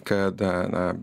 kad na